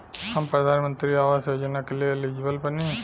हम प्रधानमंत्री आवास योजना के लिए एलिजिबल बनी?